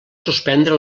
suspendre